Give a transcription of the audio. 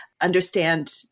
understand